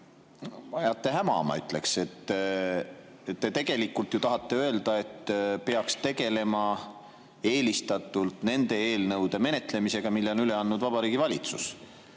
ajate häma, ma ütleks. Te tegelikult ju tahate öelda, et peaks tegelema eelistatult nende eelnõude menetlemisega, mille on üle andnud Vabariigi Valitsus.